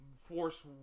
force